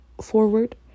forward